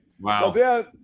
Wow